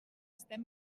estem